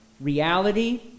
reality